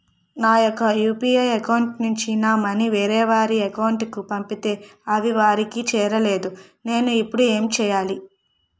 నా యెక్క UPI account నుంచి నా మనీ వేరే వారి అకౌంట్ కు పంపితే అవి వారికి చేరలేదు నేను ఇప్పుడు ఎమ్ చేయాలి?